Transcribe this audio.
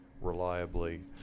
reliably